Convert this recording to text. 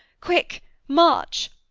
quick march!